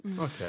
Okay